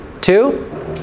Two